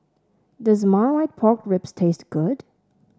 does Marmite Pork Ribs taste good